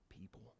people